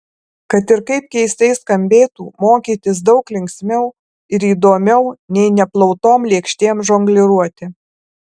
kad ir kaip keistai skambėtų mokytis daug linksmiau ir įdomiau nei neplautom lėkštėm žongliruoti